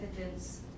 evidence